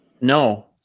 no